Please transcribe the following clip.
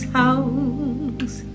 house